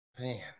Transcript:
Man